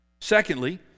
Secondly